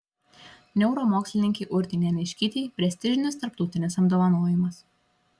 neuromokslininkei urtei neniškytei prestižinis tarptautinis apdovanojimas